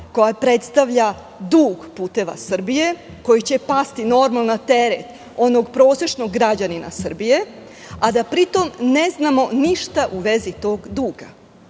koja predstavlja dug "Puteva Srbije", koji će pasti, normalno, na teret onog prosečnog građanina Srbije, a da pri tom ne znamo ništa u vezi tog duga.